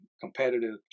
competitive